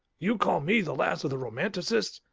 you call me the last of the romanticists,